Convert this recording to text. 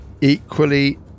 equally